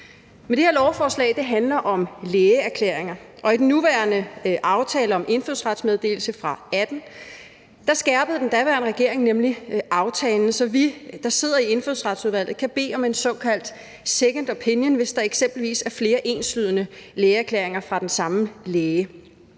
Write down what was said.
Men det her lovforslag handler om lægeerklæringer, og med den nuværende aftale om indfødsretsmeddelelse fra 2018 skærpede den daværende regering nemlig aftalen, så vi, der sidder i Indfødsretsudvalget, kan bede om en såkaldt second opinion, hvis der eksempelvis er flere enslydende lægeerklæringer fra den samme læge.